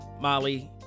molly